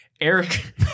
Eric